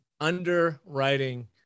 underwriting